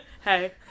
Hey